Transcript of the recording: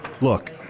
Look